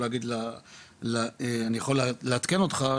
אני יכול לעדכן אותך,